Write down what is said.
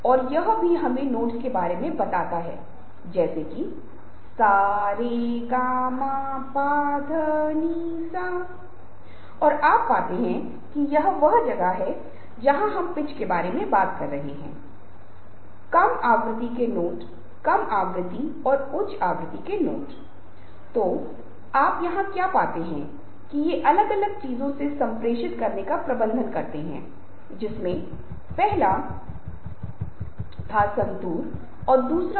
इसलिए मुझे लगा कि मुझे इसके बारे में अलग से एक विशिष्ट बात करनी चाहिए बातचीत समूह चर्चा और इस तरह की चीजों के संदर्भ में और बाद के एक व्याख्यान में प्रोफेसर गिरी समूहों में बोलने के संदर्भ में अलग अलग सैद्धांतिक आयाम के बारे में बात करेंगे